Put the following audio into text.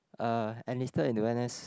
uh enlisted into n_s